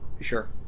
sure